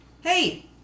hey